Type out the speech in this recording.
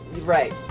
right